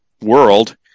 world